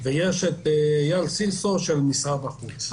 ויש את יאיר סיסו ממשרד החוץ.